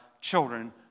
children